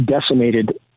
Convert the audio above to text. decimated